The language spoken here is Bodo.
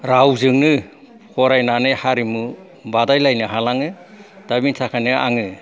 रावजोंनो फरायनानै हारिमु बादायलायनो हालाङो दा बेनि थाखायनो आङो